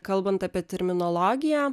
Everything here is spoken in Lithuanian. kalbant apie terminologiją